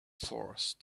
forced